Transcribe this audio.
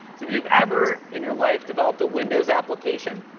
if you've ever, in your life, developed a windows application,